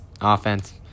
Offense